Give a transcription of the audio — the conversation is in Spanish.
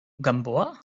gamboa